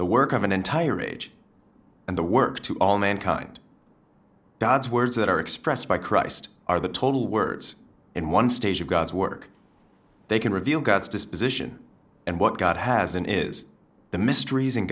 the work of an entire age and the work to all mankind god's words that are expressed by christ are the total words in one stage of god's work they can reveal god's disposition and what god has in is the mysteries